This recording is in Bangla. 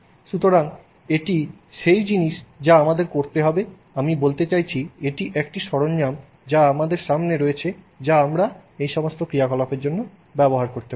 সুতরাং এটি সেই জিনিস যা আমাদের করতে হবে আমি বলতে চাইছি এটি একটি সরঞ্জাম যা আমাদের সামনে রয়েছে যা আমরা এই সমস্ত ক্রিয়াকলাপের জন্য ব্যবহার করতে পারি